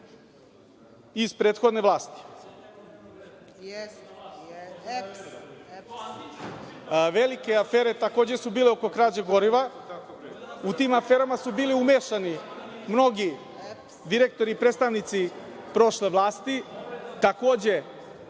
iz prethodne vlasti. Takođe velike afere su bile oko krađe goriva. U tim aferama su bili umešani mnogi direktori i predstavnici prošle vlasti. Takođe,